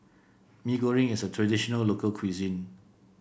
Mee Goreng is a traditional local cuisine